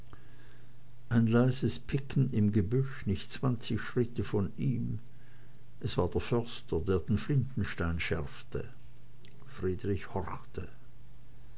ein leises picken im gebüsche nicht zwanzig schritte von ihm es war der förster der den flintenstein schärfte friedrich horchte